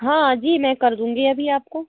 हाँ जी मैं कर दूँगी अभी आपको